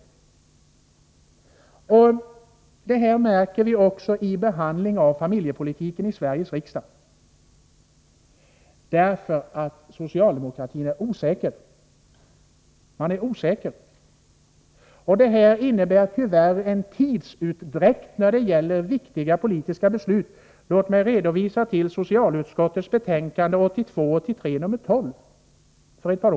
Man märker också i behandlingen av familjepolitiken i Sveriges riksdag att socialdemokratin är osäker. Det innebär tyvärr en tidsutdräkt när det gäller viktiga politiska beslut. Låt mig hänvisa till socialutskottets betänkande 1982/83:12.